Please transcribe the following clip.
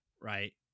right